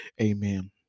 amen